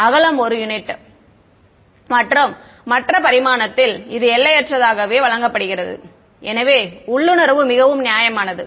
அகலம் 1 யூனிட் மற்றும் மற்ற பரிமாணத்தில் இது எல்லையற்றதாகவே வழங்கப்படுகிறது எனவே உள்ளுணர்வு மிகவும் நியாயமானது